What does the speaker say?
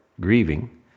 grieving